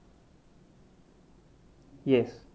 yes